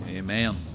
Amen